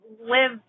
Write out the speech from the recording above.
live